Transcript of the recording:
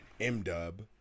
M-Dub